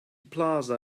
plaza